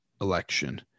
election